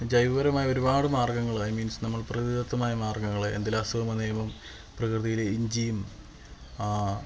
ജൈവപരമായ് ഒരുപാട് മാർഗങ്ങള് I means നമ്മൾ പ്രകൃതിദത്തമായ മാർഗങ്ങള് എന്തേലും അസുഖം വന്ന് കഴിയുമ്പം പ്രകൃതില് ഇഞ്ചിയും